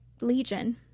Legion